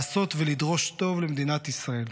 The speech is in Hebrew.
לעשות ולדרוש טוב למדינת ישראל.